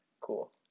cool